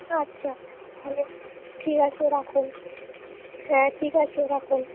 আচ্ছা তাহলে ঠিক আছে রাখুন হ্যাঁ ঠিক আছে রাখুন